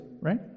right